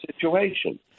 situation